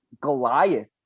Goliath